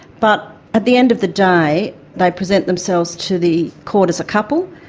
but at the end of the day they present themselves to the court as a couple,